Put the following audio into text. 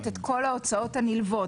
שאורן נציג שלו כאן,